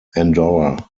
andorra